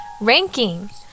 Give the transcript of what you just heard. ranking